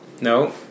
No